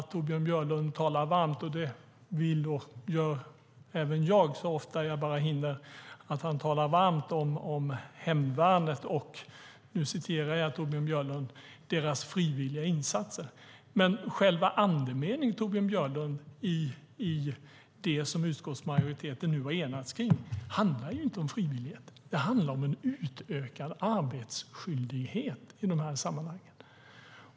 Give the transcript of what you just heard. Torbjörn Björlund talar varmt om hemvärnet - det gör jag också så ofta jag bara hinner - och, som han säger, deras frivilliga insatser. Men själva andemeningen, Torbjörn Björlund, i det som utskottsmajoriteten nu har enats kring handlar inte om frivillighet. Det handlar om en utökad arbetsskyldighet i de här sammanhangen.